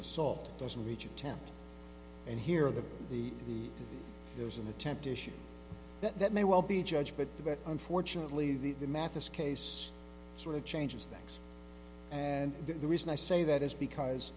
assault doesn't reach attempt and here the the the there's an attempt issue that may well be judged but unfortunately the mathis case sort of changes things and the reason i say that is because